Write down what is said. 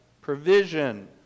provision